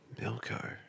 Milko